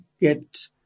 get